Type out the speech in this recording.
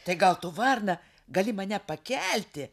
tai gal tu varna gali mane pakelti